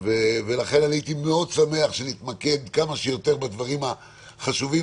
ולכן אני הייתי מאוד שמח שנתמקד כמה שיותר בדברים החשובים